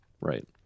right